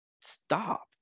stop